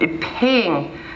paying